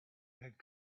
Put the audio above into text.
had